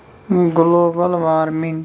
global warming